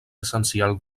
essencial